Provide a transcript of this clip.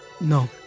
No